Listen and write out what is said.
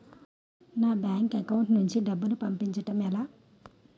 నా bank account నుంచి డబ్బును పంపించడం ఎలా?